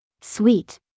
Sweet